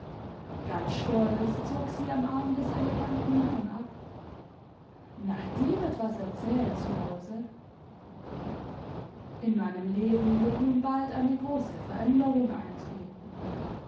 ganz stolz zog sie am arm des eleganten herrn ab na die wird was erzählen zu hausei in meinem leben wird nun bald eine große veränderung eintreten